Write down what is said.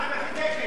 מה עם הכנסת?